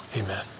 Amen